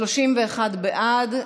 31 בעד,